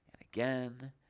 again